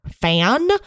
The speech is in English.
fan